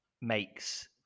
makes